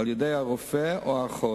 על-ידי הרופא או האחות.